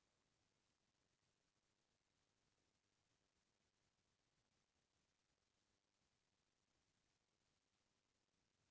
note बंदी के बाद म आदमी मन के खाता म पइसा रहिस हे फेर ओहर ओला निकाले नइ सकत रहिस